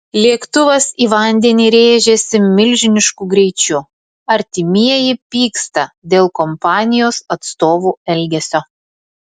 lėktuvas į vandenį rėžėsi milžinišku greičiu artimieji pyksta dėl kompanijos atstovų elgesio